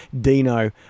Dino